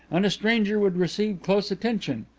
and a stranger would receive close attention.